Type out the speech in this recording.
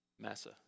Massa